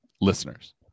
Listeners